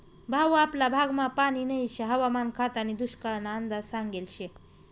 भाऊ आपला भागमा पानी नही शे हवामान खातानी दुष्काळना अंदाज सांगेल शे